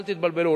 אל תתבלבלו,